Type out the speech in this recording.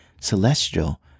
Celestial